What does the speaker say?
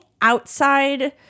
outside